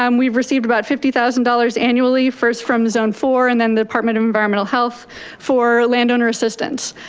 um we've received about fifty thousand dollars annually first from zone four and then the department of environmental health for land owner assistance.